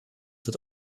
wird